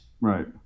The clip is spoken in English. right